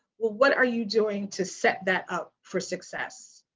what are you doing to set that up for success?